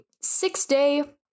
six-day